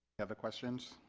other questions